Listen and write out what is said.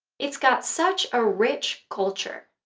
it's got such a rich culture